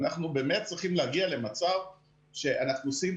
אנחנו באמת צריכים להגיע למצב שאנחנו עושים